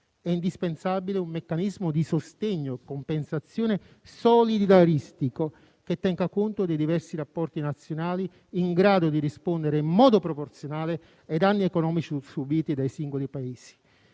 È indispensabile un meccanismo di sostegno e compensazione solidaristico, che tenga conto dei diversi rapporti nazionali, in grado di rispondere in modo proporzionale ai danni economici subiti dai singoli Paesi.